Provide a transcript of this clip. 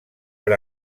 per